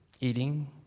Eating